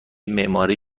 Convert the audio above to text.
معماری